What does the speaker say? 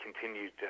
continued